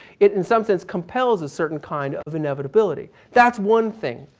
it in some sense compels a certain kind of inevitability. that's one thing.